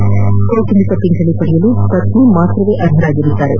ಪಾಗೆಯೇ ಕೌಟುಂಬಿಕ ಪಿಂಚಣಿ ಪಡೆಯಲು ಪತ್ನಿ ಮಾತ್ರವೇ ಅರ್ಹರಾಗಿರುತ್ತಾರೆ